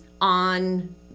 on